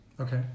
Okay